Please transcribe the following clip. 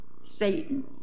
Satan